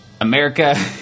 America